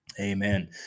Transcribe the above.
Amen